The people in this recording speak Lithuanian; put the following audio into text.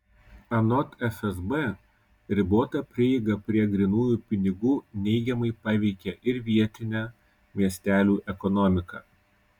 anot fsb ribota prieiga prie grynųjų pinigų neigiamai paveikia ir vietinę miestelių ekonomiką